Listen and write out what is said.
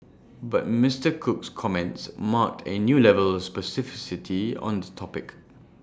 but Mister Cook's comments marked A new level of specificity on the topic